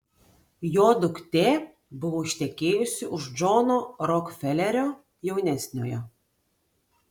jo duktė buvo ištekėjusi už džono rokfelerio jaunesniojo